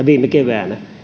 viime keväänä